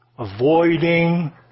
Avoiding